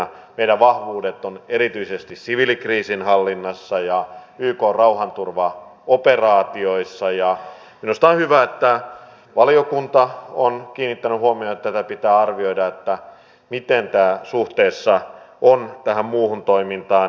meidän vahvuutemme ovat erityisesti siviilikriisinhallinnassa ja ykn rauhanturvaoperaatioissa ja minusta on hyvä että valiokunta on kiinnittänyt huomiota siihen että tätä pitää arvioida miten tämä on suhteessa tähän muuhun toimintaan